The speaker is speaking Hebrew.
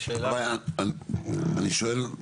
אני שואל,